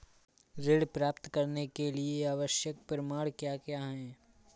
ऋण प्राप्त करने के लिए आवश्यक प्रमाण क्या क्या हैं?